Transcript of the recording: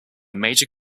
major